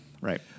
right